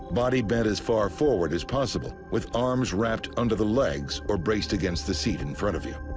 body bend as far forward as possible with arms wrapped under the legs or braced against the seat in front of you.